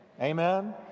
Amen